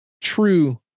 true